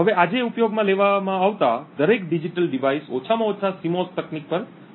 હવે આજે ઉપયોગમાં લેવામાં આવતા દરેક ડિજિટલ ડિવાઇસ ઓછામાં ઓછા સિમોસ તકનીક પર કાર્ય કરે છે